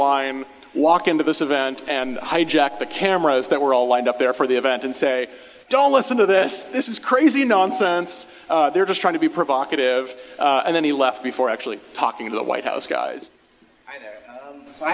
lime walk into this event and hijack the cameras that were all lined up there for the event and say don't listen to this this is crazy nonsense they're just trying to be provocative and then he left before actually talking to the white house guys i